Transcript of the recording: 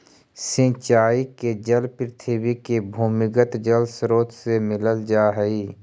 सिंचाई के जल पृथ्वी के भूमिगत जलस्रोत से मिल जा हइ